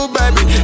baby